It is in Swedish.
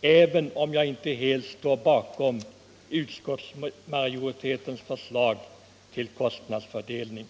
även om jag inte helt står bakom utskottsmajoritetens förslag till kostnadsfördelning.